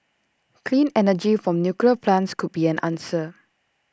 clean energy from nuclear plants could be an answer